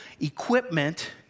equipment